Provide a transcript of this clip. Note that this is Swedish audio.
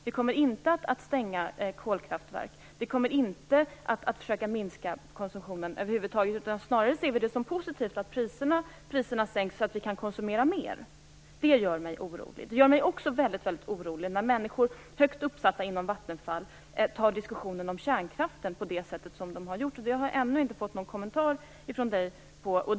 De kommer inte att stänga kolkraftverk eller över huvud taget att försöka minska konsumtionen. Snarare ser de det som positivt att priserna sänks, så att de kan konsumera mer. Detta gör mig orolig. Det gör mig också väldigt orolig när högt uppsatta människor inom Vattenfall tar diskussionen om kärnkraften på det sätt som de har gjort. Jag har ännu inte fått någon kommentar till detta från näringsministern.